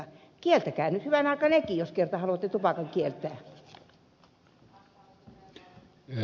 kieltäkää nyt hyvänen aika nekin jos kerran haluatte tupakan kieltää